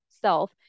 self